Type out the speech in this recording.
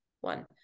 one